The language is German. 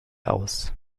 aus